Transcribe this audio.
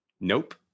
Nope